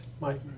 Mike